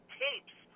tapes